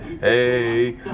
Hey